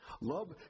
Love